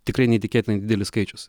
tikrai neįtikėtinai didelis skaičius